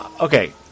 Okay